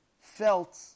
felt